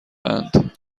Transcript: اند